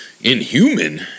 inhuman